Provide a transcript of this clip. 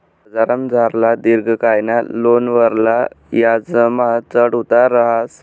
बजारमझारला दिर्घकायना लोनवरला याजमा चढ उतार रहास